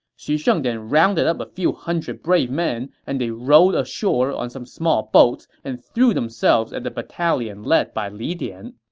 xu sheng then rounded up a few hundred brave men and they rowed ashore on some small boats and threw themselves at the battalion led by li dian.